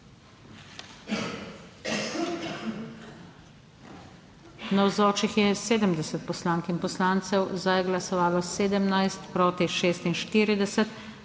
Navzočih je 70 poslank in poslancev, za je glasovalo 17, proti 46.